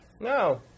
No